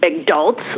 adults